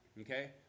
Okay